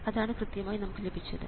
അതാണ് കൃത്യമായി നമുക്ക് ലഭിച്ചത്